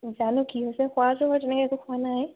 জানো কি হৈছে খোৱাটো মই তেনেকৈ একো খোৱা নাই